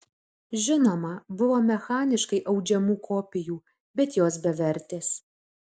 žinoma buvo mechaniškai audžiamų kopijų bet jos bevertės